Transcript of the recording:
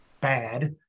bad